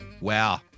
Wow